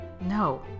No